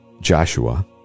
Joshua